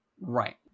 Right